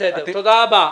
תודה רבה.